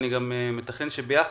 אני מתכנן שיחד,